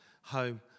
home